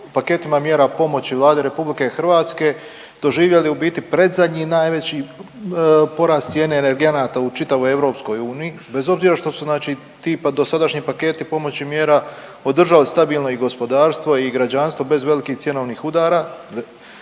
paketima mjera pomoći Vlade RH doživjeli u biti predzadnji najveći porast cijene energenata u čitavoj EU, bez obzira što su znači ti dosadašnji paketi pomoći mjera održali stabilno i gospodarstvo i građanstvo bez velikih cjenovnih udara,